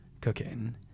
cooking